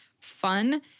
fun